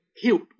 hilt